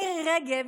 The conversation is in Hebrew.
מירי רגב,